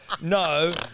No